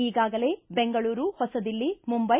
ಈಗಾಗಲೇ ಬೆಂಗಳೂರು ಹೊಸ ದಿಲ್ಲಿ ಮುಂಬೈ